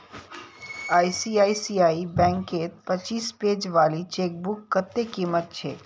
ICICI बैंकत पच्चीस page वाली चेकबुकेर कत्ते कीमत छेक